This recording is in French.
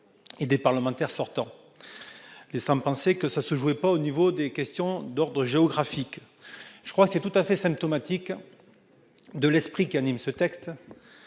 et des parlementaires sortants, laissant penser que le débat ne se jouait pas au niveau des questions d'ordre géographique. Voilà qui est, me semble-t-il, tout à fait symptomatique de l'esprit qui anime ce texte